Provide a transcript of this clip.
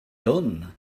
done